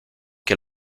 que